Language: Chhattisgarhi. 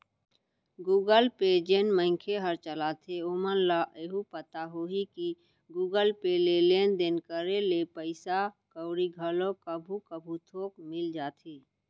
गुगल पे जेन मनखे हर चलाथे ओमन ल एहू पता होही कि गुगल पे ले लेन देन करे ले पइसा कउड़ी घलो कभू कभू थोक मिल जाथे